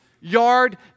yard